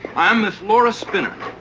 um the laura spinner,